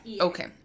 Okay